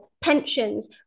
pensions